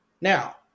Now